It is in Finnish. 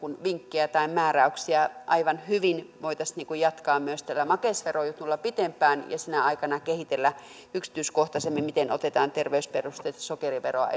vinkkejä tai määräyksiä aivan hyvin voitaisiin jatkaa myös tällä makeisverojutulla pitempään ja sinä aikana kehitellä yksityiskohtaisemmin miten otetaan esimerkiksi terveysperusteista sokeriveroa